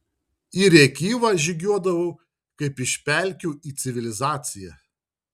į rėkyvą žygiuodavau kaip iš pelkių į civilizaciją